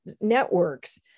networks